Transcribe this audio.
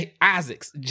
Isaacs